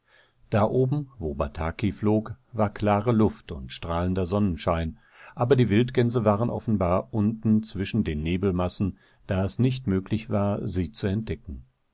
da oben wo bataki flog war klare luft und strahlender sonnenschein aber die wildgänse waren offenbar unten zwischen den nebelmassen da es nicht möglich war sie zu entdecken